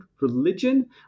religion